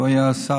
כשהוא היה השר